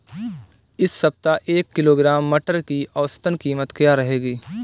इस सप्ताह एक किलोग्राम मटर की औसतन कीमत क्या रहेगी?